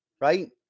right